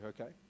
okay